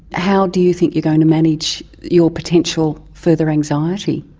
how do you think you're going to manage your potential further anxiety?